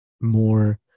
more